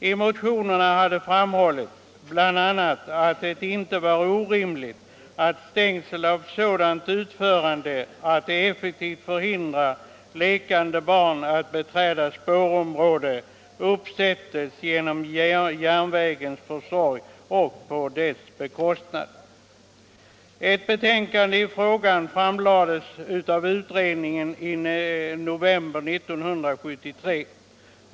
I motionerna hade framhållits bl.a. att det inte var orimligt att stängsel av sådant utförande att det effektivt förhindrar lekande barn att beträda spårområde uppsättes genom järnvägens försorg och på dess bekostnad. Ett betänkande i frågan framlades av utredningen i november 1973.